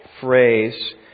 phrase